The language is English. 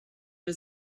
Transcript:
was